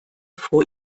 vor